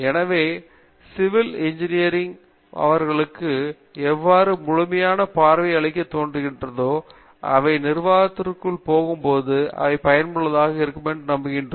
எனவே civil engineering அவர்களுக்கு எவ்வாறு முழுமையான பார்வையை அளிக்கத் தோன்றுகிறதோ அவை நிர்வாகத்திற்குள் போகும்போது அவை பயனுள்ளதாக இருக்கும் என்று நம்புகின்றன